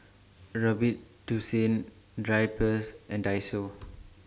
Robitussin Drypers and Daiso